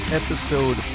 episode